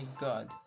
god